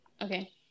Okay